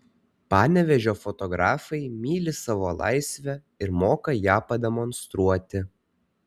panevėžio fotografai myli savo laisvę ir moka ją pademonstruoti